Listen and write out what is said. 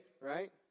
right